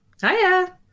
Hiya